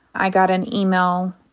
i got an email.